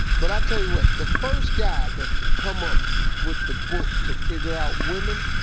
but i tell you what, the first guy that can come up with the book to figure out women,